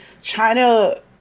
china